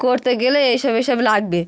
করতে গেলে এই সব এই সব লাগবে